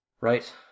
Right